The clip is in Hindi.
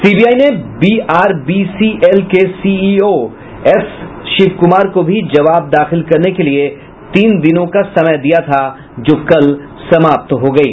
सीबीआई ने बीआरबीसीएल के सीईओ एस शिव कुमार को भी जवाब दाखिल करने के लिए तीन दिनों का समय दिया था जो कल समाप्त हो गयी